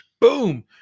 Boom